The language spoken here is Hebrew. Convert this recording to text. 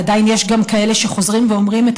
ועדיין יש גם כאלה שחוזרים ואומרים את